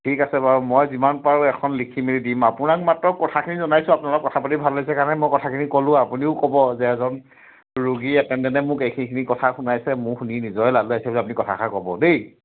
ঠিক আছে বাৰু মই যিমান পাৰোঁ এখন লিখি মেলি দিম আপোনাক মাত্ৰ কথাখিনি জনাইছোঁ আপোনাৰ লগত কথা পাতি ভাল লাগিছে কাৰণে মই কথাখিনি ক'লোঁ আপুনিও ক'ব যে এজন ৰোগী এটেণ্ডেণ্টে মোক এইখিনি এইখিনি কথা শুনাইছে মোৰো শুনি নিজৰে লাজ লাগিছে বুলি আপনি কথাষাৰ ক'ব দেই